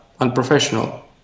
unprofessional